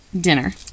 Dinner